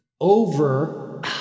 over